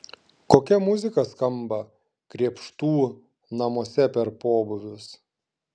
kokia muzika skamba krėpštų namuose per pobūvius